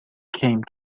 came